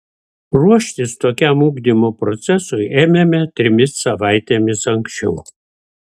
ruoštis tokiam ugdymo procesui ėmėme trimis savaitėmis anksčiau